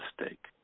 mistake